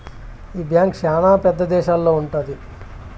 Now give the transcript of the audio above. ఈ బ్యాంక్ శ్యానా పెద్ద దేశాల్లో ఉంటది